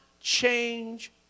change